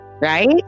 right